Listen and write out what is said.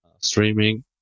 streaming